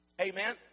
Amen